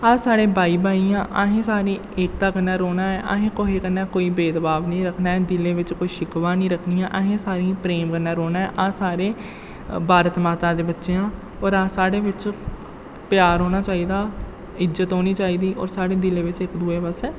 अस सारे भाई भाई आं असें सारें गी एकता कन्नै रौह्ना ऐ असें कुसै कन्नै कोई भेदभाव निं रक्खना ऐ दिलें बिच्च कोई शिकवा निं रखनियां आहें सारियें प्रेम कन्नै रौह्ना ऐ अस सारे भारत माता दे बच्चे आं और अस साढ़े बिच्च प्यार होना चाहिदा इज्जत होनी चाहिदी और साढ़े दिलै बिच्च इक दुए बास्तै